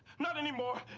not anymore.